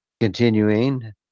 Continuing